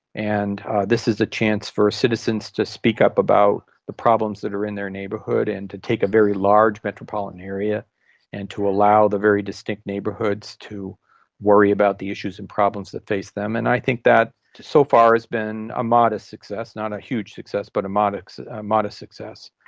and this is a chance for citizens to speak up about the problems that are in their neighbourhood and to take a very large metropolitan area and to allow the very distinct neighbourhoods to worry about the issues and problems that face them, and i think that so far has been a modest success, not a huge success but a modest modest success.